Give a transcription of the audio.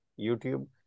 YouTube